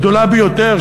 הגדולה ביותר,